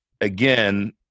again